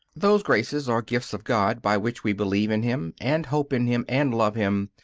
those graces or gifts of god by which we believe in him, and hope in him, and love him,